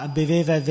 beveva